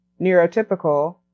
neurotypical